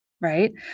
Right